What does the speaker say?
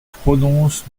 prononce